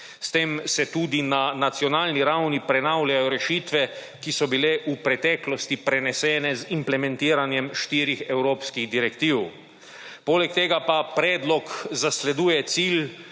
S tem se tudi na nacionalni ravni prenavljajo rešitve, ki so bile v preteklosti prenesene z implementiranjem štirih evropskih direktiv. Poleg tega pa predlog zasleduje cilj